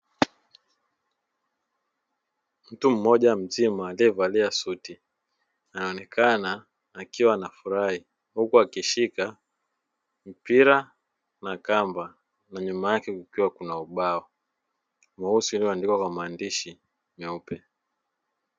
Mtu mmoja mzima aliyevalia suti anaonekana akiwa amefurahi huku akishika mpira na kamba na nyuma yake kukiwa na ubao mweusi ulionadikwa kwa maandishi meupe.